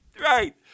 right